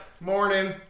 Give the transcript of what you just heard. Morning